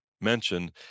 mentioned